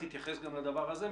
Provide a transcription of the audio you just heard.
תתייחס גם לדבר הזה,